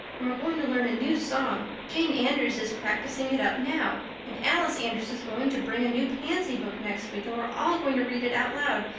and we're going to learn a new song jane andrews is practicing it up now and alice andrews is going to bring a new pansy book next week and we're all going to read it out loud,